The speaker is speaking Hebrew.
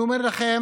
אני אומר לכם